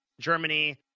Germany